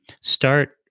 start